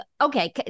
okay